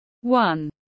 one